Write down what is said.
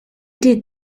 did